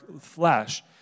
flesh